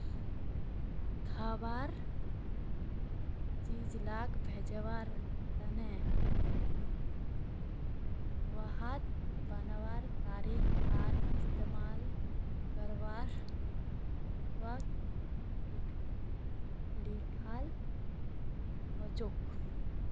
खवार चीजोग भेज्वार तने वहात बनवार तारीख आर इस्तेमाल कारवार वक़्त लिखाल होचे